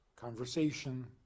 conversation